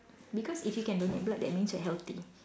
because if you can donate blood that means you're healthy